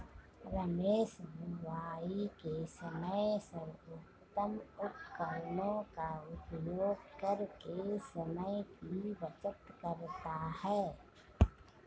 रमेश बुवाई के समय सर्वोत्तम उपकरणों का उपयोग करके समय की बचत करता है